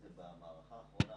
במאה העשרים ואחת,